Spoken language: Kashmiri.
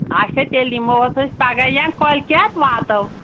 اچھا تیٚلہِ یِمو اَتھ أسۍ پگاہ یا کٲلۍکٮ۪تھ واتو